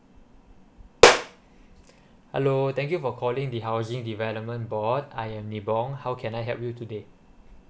hello thank you for calling the housing development board I am nibong how can I help you today